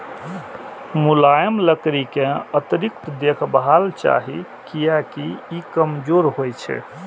मुलायम लकड़ी कें अतिरिक्त देखभाल चाही, कियैकि ई कमजोर होइ छै